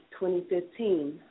2015